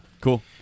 Cool